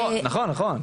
נכון, נכון.